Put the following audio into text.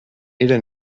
era